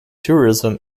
tourism